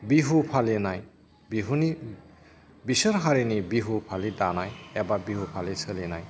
बिहु फालिनाय बिहुनि बिसोर हारिनि बिहु फालि दानाय एबा बिहु फालि सोलिनाय